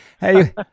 Hey